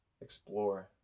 Explore